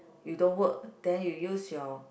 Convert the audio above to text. you don't work then you use your